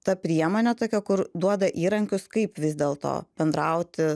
ta priemonė tokia kur duoda įrankius kaip vis dėlto bendrauti